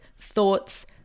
thoughts